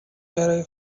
برای